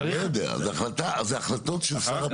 הוא לא יודע, זה החלטות של שר הפנים.